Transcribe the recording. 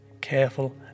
careful